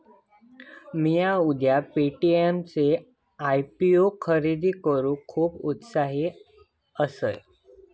मिया उद्या पे.टी.एम चो आय.पी.ओ खरेदी करूक खुप उत्साहित असय